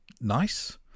nice